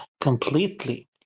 completely